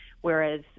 whereas